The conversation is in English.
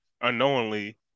unknowingly